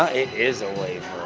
ah it is a waiver